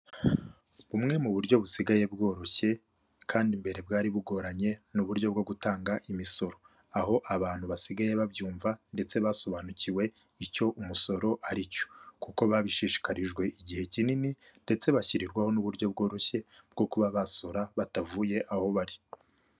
Bumwe mu buryo busigaye bworoshye kandi mbere bwari bugoranye, ni uburyo bwo gutanga imisoro. Aho abantu basigaye babyumva ndetse basobanukiwe icyo umusoro ari cyo, kuko babishishikarijwe igihe kinini ndetse bashyirirwaho n'uburyo bworoshye bwo kuba basora batavuye aho bari.